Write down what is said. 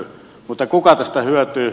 mutta kuka tästä hyötyy